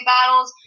Battles